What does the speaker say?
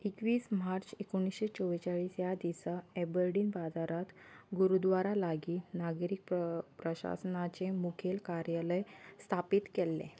एकवीस मार्च एकुणशे चोव्वेचाळीस ह्या दिसा एबरडीन बाजारांत गुरुद्वारा लागीं नागरी प्रशासनाचें मुखेल कार्यालय स्थापीत केल्लें